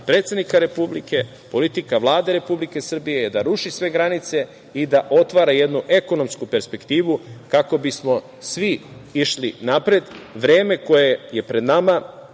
predsednika Republike, politika Vlade Republike Srbije je da ruši sve granice i da otvara jednu ekonomsku perspektivu kako bismo svi išli napred. Vreme koje je pred nama